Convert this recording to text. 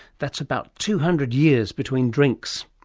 that's about two hundred years between drinks.